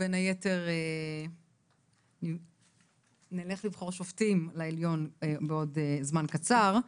בין היתר נלך לבחור שופטים לעליון בעוד זמן קצר.